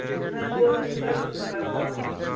ہے جِناب بہٕ اوسُس ییٚمِس لڑکہٕ سٕنٛدِ طرفہٕ آمُت